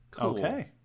Okay